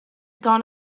gone